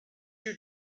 you